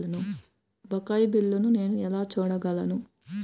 బకాయి బిల్లును నేను ఎలా చూడగలను?